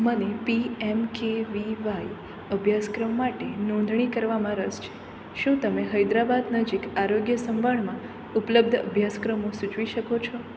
મને P M K V Y અભ્યાસક્રમ માટે નોંધણી કરવામાં રસ છે શું તમે હૈદરાબાદ નજીક આરોગ્ય સંભાળમાં ઉપલબ્ધ અભ્યાસક્રમો સૂચવી શકો છો